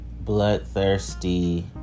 bloodthirsty